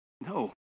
No